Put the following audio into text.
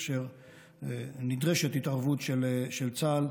כאשר נדרשת התערבות של צה"ל,